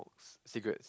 secrets